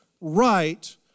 right